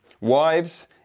Wives